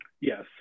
yes